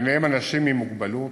וביניהם אנשים עם מוגבלות,